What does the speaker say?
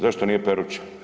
Zašto nije Peruča?